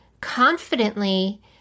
confidently